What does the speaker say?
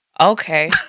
okay